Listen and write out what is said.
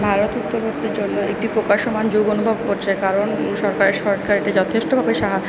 ভারত জন্য একটি প্রকাশমান যুগ অনুভব করছে কারণ এই সরকারে সরকার এতে যথেষ্টভাবে সাহা